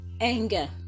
anger